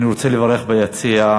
אני רוצה לברך אורחים ביציע.